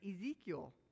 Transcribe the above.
Ezekiel